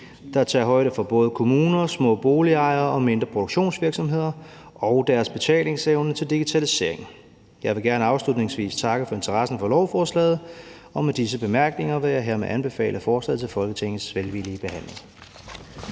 der tager højde for både kommuner, små boligejere og mindre produktionsvirksomheder og deres betalingsevne til digitalisering. Jeg vil gerne afslutningsvis takke for interessen for lovforslaget, og med disse bemærkninger vil jeg hermed anbefale forslaget til Folketingets velvillige behandling.